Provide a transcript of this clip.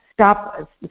stop